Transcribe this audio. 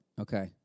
Okay